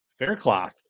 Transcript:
Faircloth